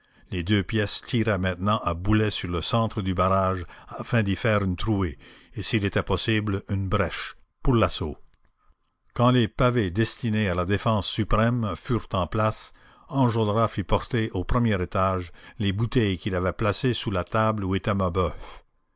les deux pièces tiraient maintenant à boulet sur le centre du barrage afin d'y faire une trouée et s'il était possible une brèche pour l'assaut quand les pavés destinés à la défense suprême furent en place enjolras fit porter au premier étage les bouteilles qu'il avait placées sous la table où était mabeuf